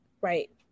Right